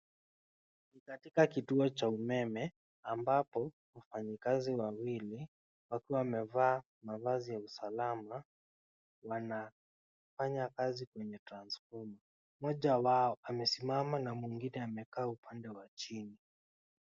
Katika kituo cha umeme ambapo wafanyikazi wawili, wakiwa wamevaa mavazi ya usalama, wanafanya kazi kwenye transfoma. Mmoja wao amesimama na mwingine amekaa upande wa chini.